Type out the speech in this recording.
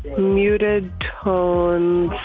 muted tone